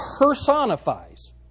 personifies